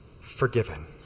forgiven